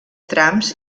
trams